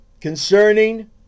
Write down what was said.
Concerning